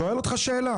שואל אותך שאלה.